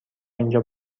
اینجا